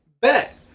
Bet